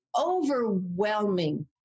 overwhelming